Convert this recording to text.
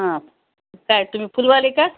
हा काय तुम्ही फुलवाले का